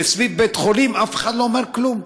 וסביב בית-חולים אף אחד לא אומר כלום.